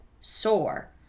Sore